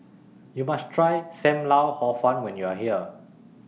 YOU must Try SAM Lau Hor Fun when YOU Are here